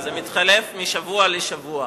זה מתחלף משבוע לשבוע.